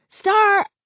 Star